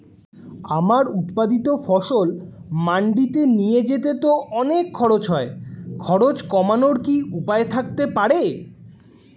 আমার উৎপাদিত ফসল মান্ডিতে নিয়ে যেতে তো অনেক খরচ হয় খরচ কমানোর কি উপায় থাকতে পারে?